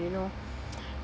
you know